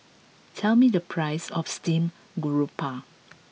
tell me the price of steamed garoupa